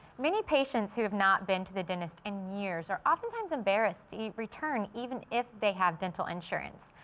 many patients who have not been to the dentist in years are oftentimes embarrassed to return even if they have dental insurance.